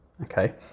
okay